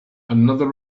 another